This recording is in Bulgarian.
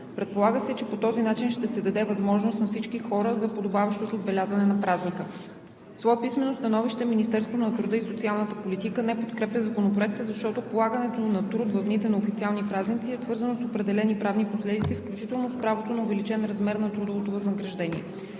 Предполага се, че по този начин ще са даде възможност на всички хора за подобаващото отбелязване на празника. В свое писмено становище Министерството на труда и социалната политика не подкрепя Законопроекта, защото полагането на труд в дните на официалните празници е свързано с определени правни последици, включително с правото на увеличен размер на трудовото възнаграждение.